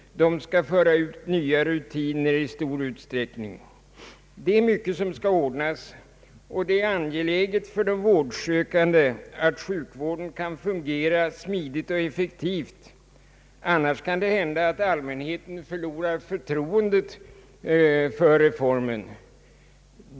De skall utarbeta nya rutiner. Det är mycket som skall ordnas, och det är angeläget för de vårdsökande att sjukvården kan fungera smidigt och effektivt, annars kan det hända att allmänheten förlorar förtroendet för reformen.